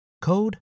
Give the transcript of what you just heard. code